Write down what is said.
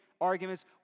arguments